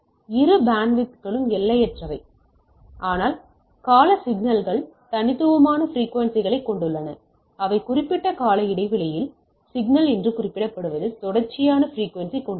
இரு பேண்ட்வித்களும் எல்லையற்றவை ஆனால் கால சிக்னல்கள் தனித்துவமான பிரிக்குவென்சிகளைக் கொண்டுள்ளன அவை குறிப்பிட்ட கால இடைவெளியில் சிக்னல் என குறிப்பிடப்படுவது தொடர்ச்சியான பிரிக்குவென்சி கொண்டுள்ளது